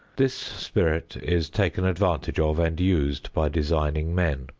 this spirit is taken advantage of and used by designing men.